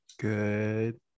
Good